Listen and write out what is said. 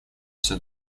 всё